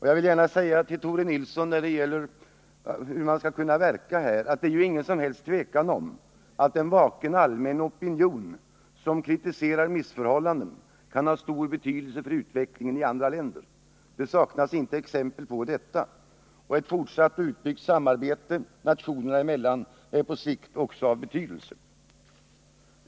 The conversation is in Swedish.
Jag vill gärna säga till Tore Nilsson, när det gäller hur man skall verka, att det inte är något som helst tvivel om att en allmän, vaken opinion, som kritiserar missförhållanden, kan hastor betydelse för utvecklingen i andra länder. Det saknas inte exempel på detta. Ett fortsatt utbyggt samarbete nationerna emellan är på sikt också av betydelse.